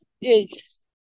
Yes